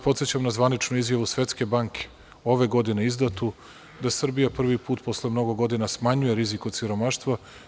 Podsećam vas na zvaničnu izjavu Svetske banke, ove godine, izdatu da Srbija prvi put posle mnogo godina smanjuje rizik od siromaštva.